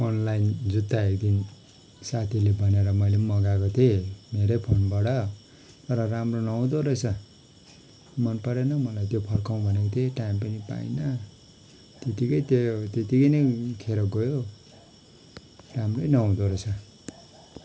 online जुत्ता एकदिन साथीले भनेर मैले पनि मगाएको थिएँ मेरै फोनबाट र राम्रो नहुँदो रहेछ मन परेन मलाई त्यो फर्काउँ भनेको थिएँ टाइम पनि पाइनँ त्यतिकै त्यो त्यतिकै नै खेरो गयो राम्रै नहुँदो रैछ